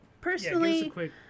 Personally